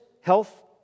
health